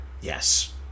Yes